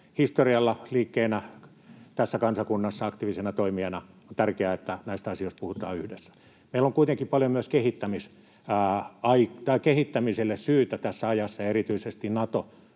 historialla liikkeenä tässä kansakunnassa, aktiivisena toimijana. On tärkeää, että näistä asioista puhutaan yhdessä. Meillä on kuitenkin paljon syytä myös kehittämiselle tässä ajassa, erityisesti